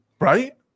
Right